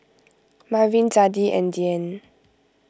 Marvin Zadie and Dianne